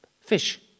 Fish